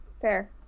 fair